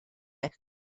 eich